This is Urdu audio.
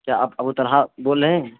آپ ابو طلحہ بول رہے ہیں